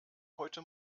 heute